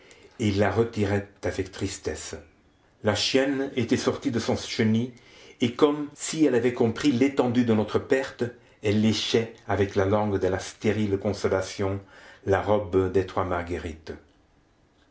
et la retirait avec tristesse la chienne était sortie de son chenil et comme si elle avait compris l'étendue de notre perte elle léchait avec la langue de la stérile consolation la robe des trois marguerite